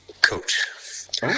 Coach